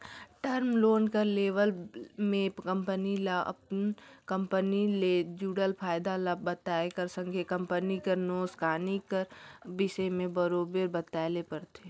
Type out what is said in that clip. term loan कर लेवब में कंपनी ल अपन कंपनी ले जुड़ल फयदा ल बताए कर संघे कंपनी कर नोसकानी कर बिसे में बरोबेर बताए ले परथे